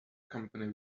company